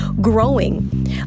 growing